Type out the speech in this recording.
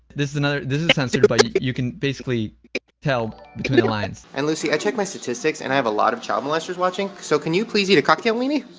this is another this is censored but you you can basically tell between the lines. and, lucy, i checked my statistics and i have a lot of child m-lesters watching, so can you please eat a cocktail weenie?